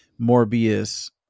Morbius